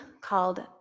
called